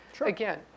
Again